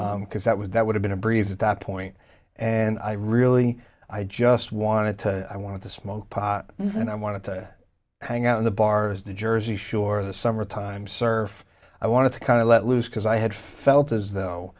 because that was that would have been a breeze at that point and i really i just wanted to i wanted to smoke pot and i wanted to hang out in the bars the jersey shore the summertime surf i wanted to kind of let loose because i had felt as though